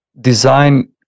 design